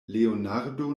leonardo